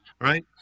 Right